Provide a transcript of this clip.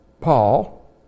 Paul